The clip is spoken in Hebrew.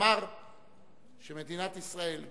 אמר שמדינת ישראל,